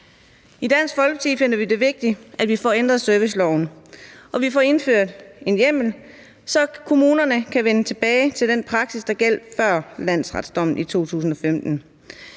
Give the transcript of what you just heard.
I Dansk Folkeparti finder vi det vigtigt, at vi får ændret serviceloven, og at vi får indført en hjemmel, så kommunerne kan vende tilbage til den praksis, der gjaldt før landsretsdommen i 2015.